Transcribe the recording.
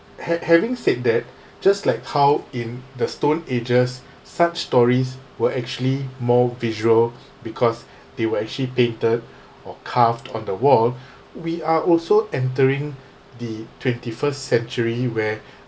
ha~ having said that just like how in the stone ages such stories were actually more visual because they were actually painted or carved on the wall we are also entering the twenty-first century where